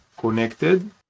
connected